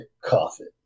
coffin